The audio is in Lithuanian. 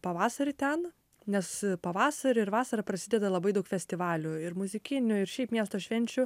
pavasarį ten nes pavasarį ir vasarą prasideda labai daug festivalių ir muzikinių ir šiaip miesto švenčių